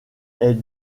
est